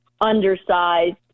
undersized